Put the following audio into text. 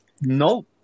No